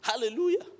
Hallelujah